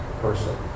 person